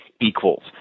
equals